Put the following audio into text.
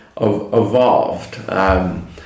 evolved